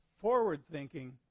forward-thinking